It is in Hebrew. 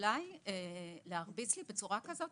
אולי להרביץ לי בצורה כזאת,